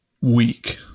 week